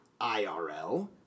IRL